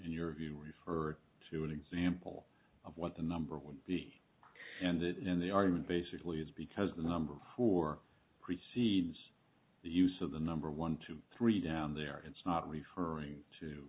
in your view referred to an example of what the number would be and it is in the argument basically is because the number for precedes the use of the number one two three down there it's not referring to